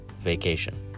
vacation